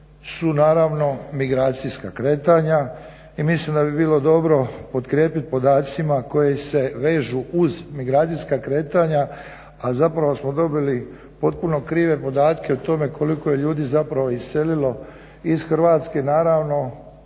su naravno migracijska kretanja. I mislim da bi bilo dobro potkrijepit podacima koji se vežu uz migracijska kretanja, a zapravo smo dobili potpuno krive podatke o tome koliko je ljudi zapravo iselilo iz Hrvatske, naravno